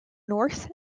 north